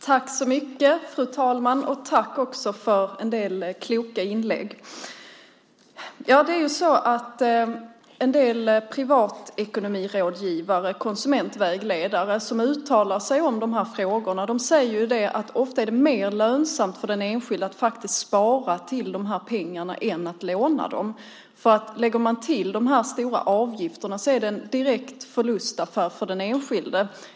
Fru talman! Jag vill tacka för en del kloka inlägg i debatten. En del privatekonomirådgivare och konsumentvägledare som uttalar sig i dessa frågor säger att det ofta är mer lönsamt för den enskilde att spara ihop pengarna än att låna dem. Lägger man till de stora avgifterna är det en direkt förlustaffär för den enskilde att låna.